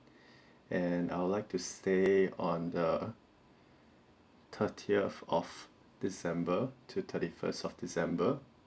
and I would like to stay on the thirtieth of december to thirty first of december